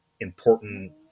important